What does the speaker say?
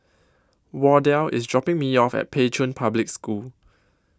Wardell IS dropping Me off At Pei Chun Public School